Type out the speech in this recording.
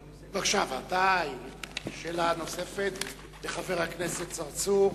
בבקשה, שאלה נוספת לחבר הכנסת צרצור,